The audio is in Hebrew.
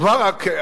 אומַר רק,